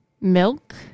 milk